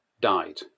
died